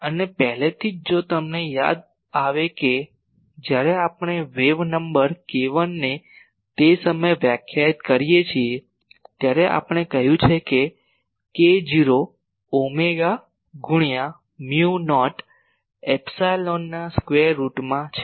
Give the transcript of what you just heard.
અને પહેલેથી જ જો તમને યાદ આવે કે જ્યારે આપણે વેવ નંબર k1 ને તે સમયે વ્યાખ્યાયિત કરીએ છીએ ત્યારે આપણે કહ્યું છે k0 ઓમેગા ગુણ્યા મ્યુ નોટ એપ્સાયલોનના સ્ક્વેર રુટ માં છે